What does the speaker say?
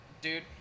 dude